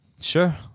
Sure